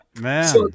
man